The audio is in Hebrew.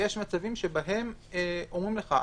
יש מצבים שאומרים לך: